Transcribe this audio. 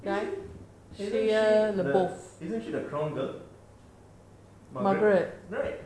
isn't isn't she the isn't she the crown girl margaret right